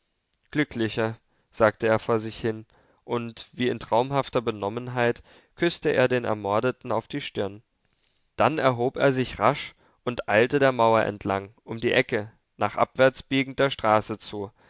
glücklicher sagte er vor sich hin und wie in traumhafter benommenheit küßte er den ermordeten auf die stirn dann erhob er sich rasch und eilte der mauer entlang um die ecke nach abwärts biegend der straße zu